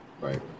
right